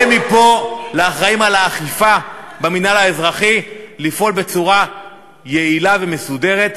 אני קורא מפה לאחראים לאכיפה במינהל האזרחי לפעול בצורה יעילה ומסודרת,